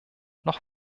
noch